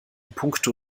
puncto